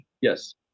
yes